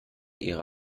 ihre